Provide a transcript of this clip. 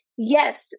Yes